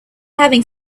having